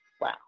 Wow